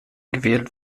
gewählt